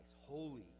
holy